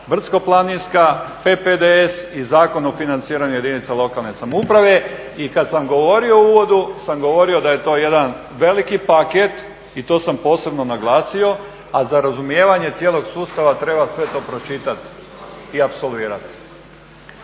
brdsko-planinska, PPDS i Zakon o financiranju jedinica lokalne samouprave. I kad sam govorio u uvodu sam govorio da je to jedan veliki paket i to sam posebno naglasio, a za razumijevanje cijelog sustava treba sve to pročitat i apsolvirat.